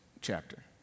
chapter